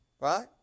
Right